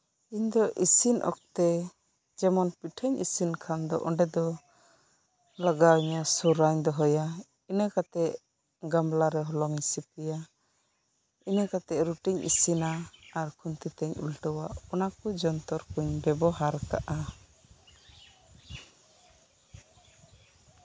ᱤᱧ ᱫᱚ ᱤᱥᱤᱱ ᱚᱠᱛᱮ ᱡᱮᱢᱚᱱ ᱯᱤᱴᱷᱟᱹᱧ ᱤᱥᱤᱱ ᱠᱷᱟᱱ ᱫᱚ ᱚᱸᱰᱮ ᱫᱚ ᱞᱟᱜᱟᱣᱤᱧᱟᱹ ᱥᱚᱨᱟᱧ ᱫᱚᱦᱚᱭᱟ ᱤᱱᱟᱹ ᱠᱟᱛᱮ ᱜᱟᱢᱞᱟ ᱨᱮ ᱦᱚᱞᱚᱝᱤᱧ ᱥᱤᱯᱤᱭᱟ ᱤᱱᱟᱹ ᱠᱟᱛᱮ ᱨᱩᱴᱤᱧ ᱤᱥᱤᱱᱟ ᱟᱨ ᱠᱷᱩᱱᱛᱤ ᱛᱮᱧ ᱩᱞᱴᱟᱹᱣᱟᱜᱼᱟ ᱚᱱᱟ ᱠᱚ ᱡᱚᱱᱛᱚᱨ ᱠᱩᱧ ᱵᱮᱵᱚᱦᱟᱨ ᱠᱟᱜᱼᱟ